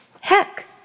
Heck